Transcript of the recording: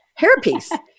hairpiece